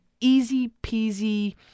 easy-peasy